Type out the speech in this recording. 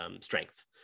strength